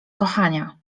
kochania